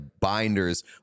binders